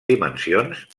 dimensions